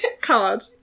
card